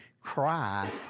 Cry